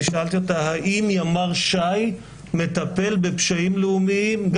אני שאלתי אותה האם ימ"ר ש"י מטפל בפשעים לאומניים,